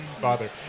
bother